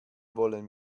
wollen